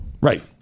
Right